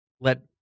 let